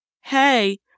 hey